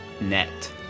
net